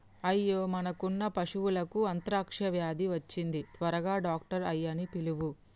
అయ్యో మనకున్న పశువులకు అంత్రాక్ష వ్యాధి వచ్చింది త్వరగా డాక్టర్ ఆయ్యన్నీ పిలువు